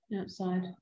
outside